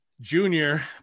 junior